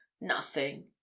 Nothing